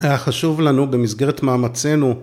‫היה חשוב לנו במסגרת מאמצנו...